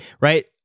right